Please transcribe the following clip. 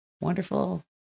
Wonderful